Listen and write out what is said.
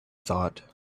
thought